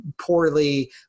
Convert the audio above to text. poorly